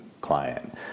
client